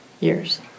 Years